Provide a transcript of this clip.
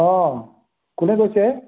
অঁ কোনে কৈছে